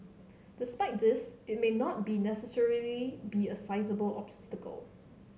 despite this it may not necessarily be a sizeable obstacle